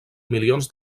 milions